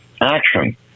action